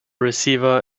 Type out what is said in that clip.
receiver